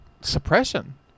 suppression